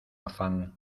afán